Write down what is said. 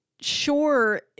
sure